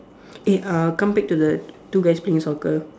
eh uh come back to the two guys playing soccer